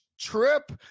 trip